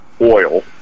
oil